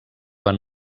van